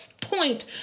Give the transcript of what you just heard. point